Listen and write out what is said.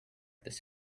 this